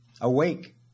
Awake